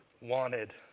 wanted